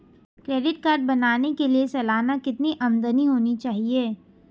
Credit card बनाने के लिए सालाना कितनी आमदनी होनी चाहिए?